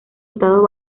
estados